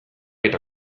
eta